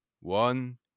one